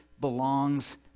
belongs